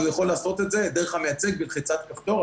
הוא יכול לעשות את זה דרך המייצג בלחיצת כפתור.